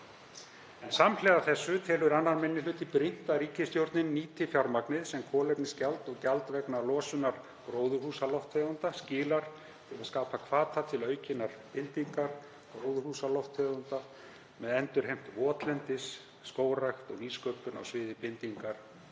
Samhliða þessu telur 2. minni hluti brýnt að ríkisstjórnin nýti fjármagnið sem kolefnisgjald og gjald vegna losunar gróðurhúsalofttegunda skila til að skapa hvata til aukinnar bindingar gróðurhúsalofttegunda með endurheimt votlendis, skógrækt og nýsköpun á sviði bindingar